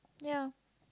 ya